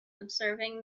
observing